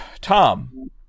Tom